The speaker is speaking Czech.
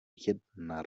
jedna